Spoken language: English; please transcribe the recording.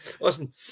Listen